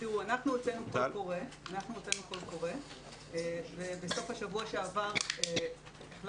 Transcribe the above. אנחנו הוצאנו קול קורא ובסוף שבוע שעבר החלטנו